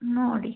ನೋಡಿ